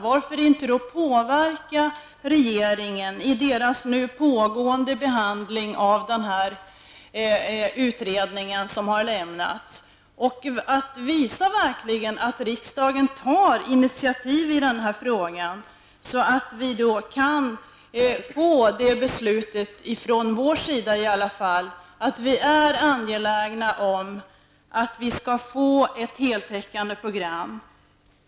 Varför inte påverka regeringen i dess pågående behandling av den utredning som har lämnats? Varför inte visa att riksdagen verkligen tar initiativ i denna fråga, så att vi i alla fall från riksdagens sida fattar beslut där vi visar att det är angeläget att vi får ett heltäckande program?